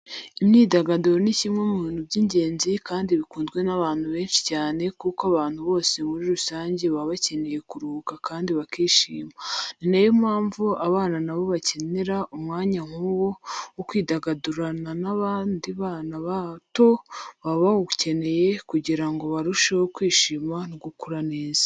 Imyidagaduro ni kimwe mu bintu by'ingenzi kandi bikunzwe n'abantu benshi cyane kuko abantu bose muri rusange baba bakeneye kuruhuka kandi bakishima. Ni na yo mpamvu abana na bo bakenera umwanya nk'uwo wo kwidagadira n'abana bato baba bawukeneye kugira ngo barusheho kwishima no gukura neza.